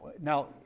now